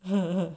!huh!